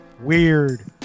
weird